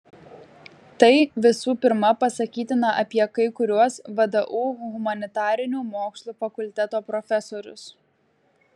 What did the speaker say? tai visų pirma pasakytina apie kai kuriuos vdu humanitarinių mokslų fakulteto profesorius